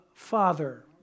Father